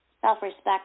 self-respect